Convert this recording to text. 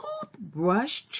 toothbrush